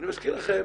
אני מזכיר לכם,